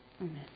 Amen